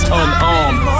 unarmed